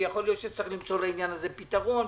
ויכול להיות שצריך למצוא לעניין הזה פתרון,